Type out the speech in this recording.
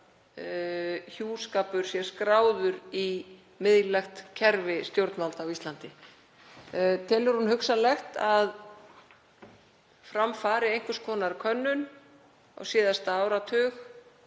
hjúskapur sé skráður í miðlægt kerfi stjórnvalda á Íslandi. Telur hún hugsanlegt að fram fari einhvers konar könnun á þeim